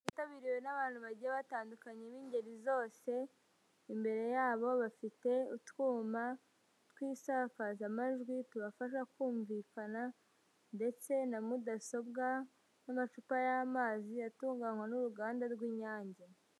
Yitabiriwe n'abantu bagiye batandukanye b'ingeri zose, imbere yabo bafite utwuma tw'isakazamajwi, tubafasha kumvikana ndetse na mudasobwa n'amacupa y'amazi atunganywa n'uruganda rw'Inyange.